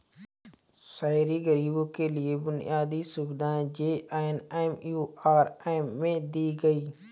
शहरी गरीबों के लिए बुनियादी सुविधाएं जे.एन.एम.यू.आर.एम में दी गई